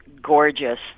gorgeous